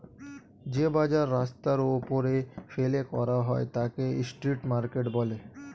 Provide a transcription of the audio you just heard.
যে বাজার রাস্তার ওপরে ফেলে করা হয় তাকে স্ট্রিট মার্কেট বলে